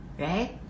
right